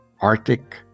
Arctic